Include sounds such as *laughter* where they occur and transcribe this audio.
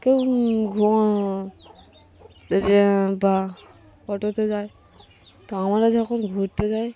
কেউ *unintelligible* বা অটোতে যায় তো আমরা যখন ঘুরতে যাই